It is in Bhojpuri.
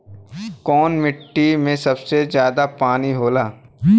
कौन मिट्टी मे सबसे ज्यादा पानी होला?